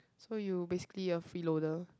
so you basically you are freeloader